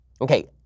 Okay